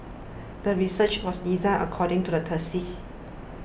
the research was designed according to the